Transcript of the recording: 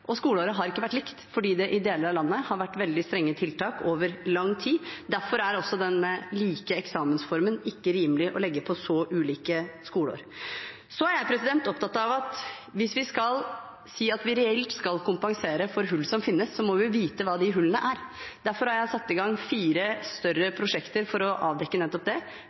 og skoleåret har ikke vært likt fordi det i deler av landet har vært veldig strenge tiltak over lang tid. Derfor er det ikke rimelig å legge den like eksamensformen på så ulike skoleår. Så er jeg opptatt av at hvis vi skal si at vi reelt skal kompensere for hull som finnes, må vi vite hva de hullene er. Derfor har jeg satt i gang fire større prosjekter for å avdekke nettopp det: